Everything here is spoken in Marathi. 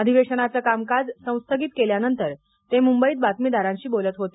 अधिवेशनाचं कामकाज संस्थगित केल्यानंतर ते मुंबईत बातमीदारांशी बोलत होते